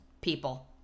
people